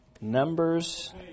Numbers